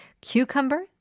cucumber